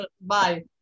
Bye